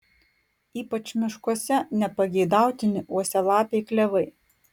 ypač miškuose nepageidautini uosialapiai klevai